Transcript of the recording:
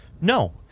no